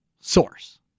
source